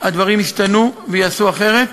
הדברים ישתנו וייעשו אחרת.